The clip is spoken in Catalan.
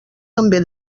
també